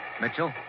Mitchell